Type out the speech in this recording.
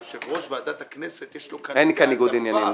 שיושב-ראש ועדת הכנסת יש לו כאן -- אין כאן ניגוד עניינים,